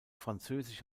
französisch